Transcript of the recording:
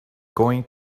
going